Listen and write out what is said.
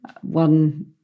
One